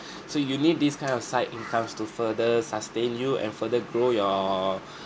so you need these kind of side incomes to further sustain you and further grow your